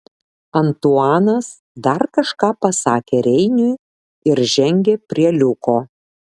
antuanas dar kažką pasakė reiniui ir žengė prie liuko